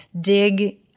dig